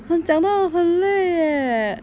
讲到我很累 eh